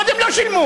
קודם לא שילמו.